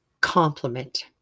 compliment